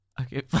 Okay